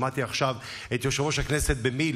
שמעתי עכשיו את יושב-ראש הכנסת במיל',